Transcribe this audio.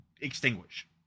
extinguish